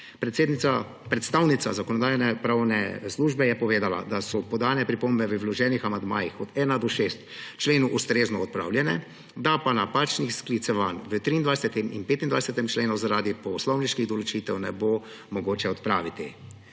Predstavnica Zakonodajno-pravne službe je povedala, da so podane pripombe v vloženih amandmajih od 1. do 6. člena ustrezno odpravljene, da pa napačnih sklicevanj v 23. in 25. členu zaradi poslovniških določitev ne bo mogoče odpraviti.